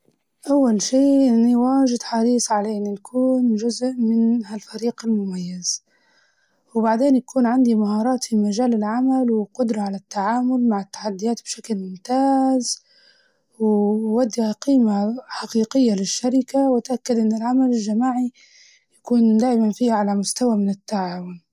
أول شي إني واجد حريص عليه إنه نكون جزء من هالفريق المميز، وبعدين يكون عندي مهارات في مجال العمل وقدرة على التعامل مع التدديات بشكل ممتاز، وأدي قيمة حقيقية للشركة وأتأكد إن العمل جماعي يكون دايماً فيه على مستوى من التعاون.